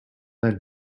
then